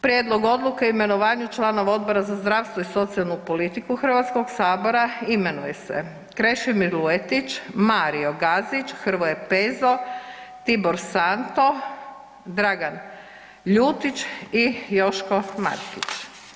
Prijedlog odluke o imenovanju članova Odbora za zdravstvo i socijalnu politiku Hrvatskog sabora imenuje se Krešimir Luetić, Mario Gazić, Hrvoje Pezo, Tibor Santo, Dragan Ljutić i Joško Martić.